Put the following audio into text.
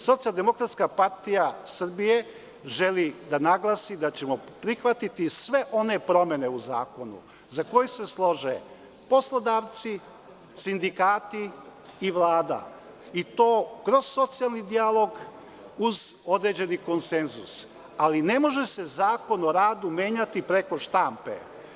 Socijaldemokratska partija Srbije želi da naglasi da ćemo prihvatiti sve one promene u zakonu za koji se slože poslodavci, sindikati i Vlada i to kroz socijalni dijalog uz određeni konsenzus, ali ne može se Zakon o radu menjati preko štampe.